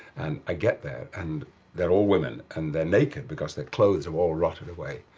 and i get there and they're all women. and they're naked because their clothes have all rotted away.